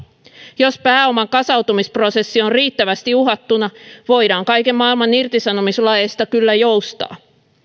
jos pääoman kasautumisprosessi on riittävästi uhattuna voidaan kaiken maailman irtisanomislaeista kyllä joustaa